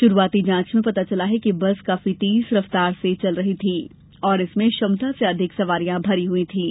शुरूआती जांच में पता चला है कि बस काफी तेज रफ्तार से चल रही थी और इसमें क्षमता से अधिक सवारियां भरी हुई थीं